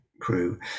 crew